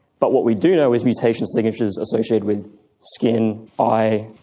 but what we do know is mutation signatures associated with skin, eye,